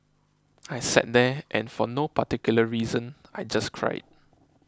I sat there and for no particular reason I just cried